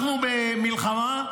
אנחנו במלחמה,